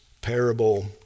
parable